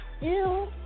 Ew